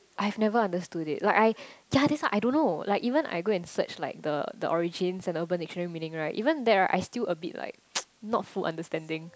I have never understood it like I yeah that's why I don't know like even I go and search like the the origins in Urban dictionary meaning right even that right I still a bit like not full understanding